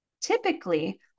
Typically